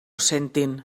sentin